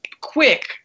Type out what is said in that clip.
quick